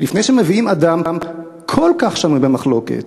לפני שמביאים אדם כל כך שנוי במחלוקת,